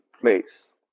place